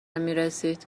میرسید